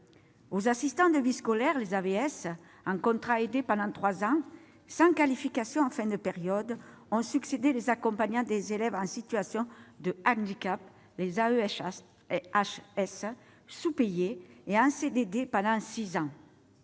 Aux assistants de vie scolaire, les AVS, en contrat aidé pendant trois ans, sans qualification en fin de période, ont succédé les accompagnants des élèves en situation de handicap, les AESH, sous-payés et en CDD pendant six ans.